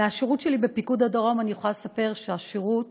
מהשירות שלי בפיקוד הדרום אני יכולה לספר שהשירות